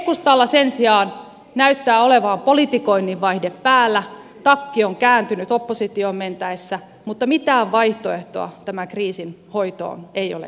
keskustalla sen sijaan näyttää olevan politikoinnin vaihde päällä takki on kääntynyt oppositioon mentäessä mutta mitään vaihtoehtoa tämän kriisin hoitoon ei ole esitetty